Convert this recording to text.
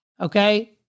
Okay